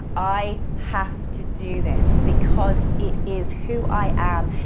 i have to do this because it is who i am.